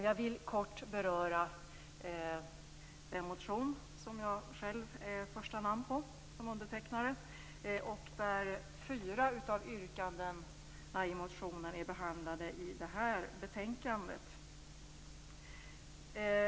Jag vill kort beröra den motion som jag själv har undertecknat som första person. Fyra av yrkandena i motionen är behandlade i detta betänkande.